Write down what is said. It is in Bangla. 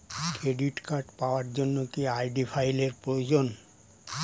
ক্রেডিট কার্ড পাওয়ার জন্য কি আই.ডি ফাইল এর প্রয়োজন?